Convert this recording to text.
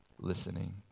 listening